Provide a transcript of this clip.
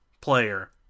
player